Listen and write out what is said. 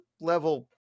level